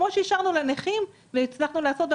כמו שאישרנו לנכים והצלחנו לעשות את זה.